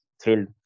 thrilled